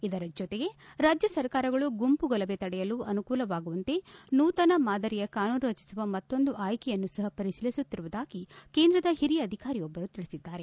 ಇದರ ಜೊತೆಗೆ ರಾಜ್ಯ ಸರ್ಕಾರಗಳು ಗುಂಪು ಗಲಭೆ ತಡೆಯಲು ಅನುಕೂಲವಾಗುವಂತೆ ನೂತನ ಮಾದರಿ ಕಾನೂನು ರಚಿಸುವ ಮತ್ತೊಂದು ಆಯ್ಲೆಯನ್ನು ಸಪ ಪರಿಶೀಲಿಸುತ್ತಿರುವುದಾಗಿ ಕೇಂದ್ರದ ಹಿರಿಯ ಅಧಿಕಾರಿಯೊಬ್ಲರು ತಿಳಿಸಿದ್ದಾರೆ